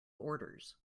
orders